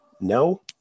no